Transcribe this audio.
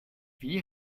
wie